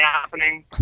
happening